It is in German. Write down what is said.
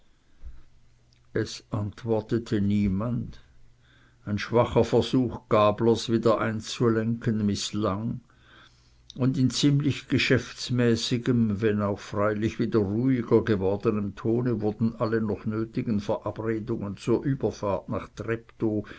es antwortete niemand ein schwacher versuch gablers wieder einzulenken mißlang und in ziemlich geschäftsmäßigem wenn auch freilich wieder ruhiger gewordenem tone wurden alle noch nötigen verabredungen zur überfahrt nach treptow